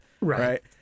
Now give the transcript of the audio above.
right